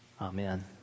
Amen